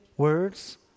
words